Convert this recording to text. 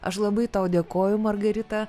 aš labai tau dėkoju margarita